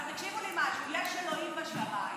אבל תקשיבו לי משהו: יש אלוהים בשמיים,